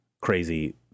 crazy